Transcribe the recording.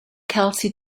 kelsey